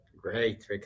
Great